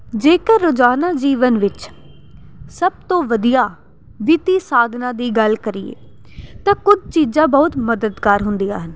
ਜੇਕਰ ਰੋਜ਼ਾਨਾ ਜੀਵਨ ਵਿੱਚ ਸਭ ਤੋਂ ਵਧੀਆ ਵਿੱਤੀ ਸਾਧਨਾਂ ਦੀ ਗੱਲ ਕਰੀਏ ਤਾਂ ਕੁਝ ਚੀਜ਼ਾਂ ਬਹੁਤ ਮਦਦਗਾਰ ਹੁੰਦੀਆਂ ਹਨ